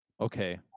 Okay